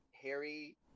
Harry